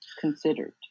considered